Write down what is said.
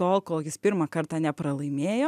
tol kol jis pirmą kartą nepralaimėjo